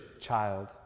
child